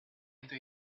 into